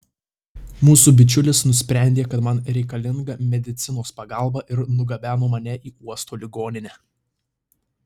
mūsų bičiulis nusprendė kad man reikalinga medicinos pagalba ir nugabeno mane į uosto ligoninę